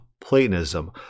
Platonism